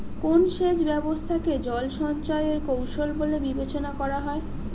কোন সেচ ব্যবস্থা কে জল সঞ্চয় এর কৌশল বলে বিবেচনা করা হয়?